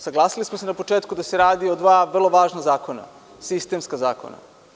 Saglasili smo se na početku da se radi o dva vrlo važna zakona, sistemska zakona.